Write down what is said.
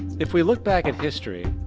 if we look back at history,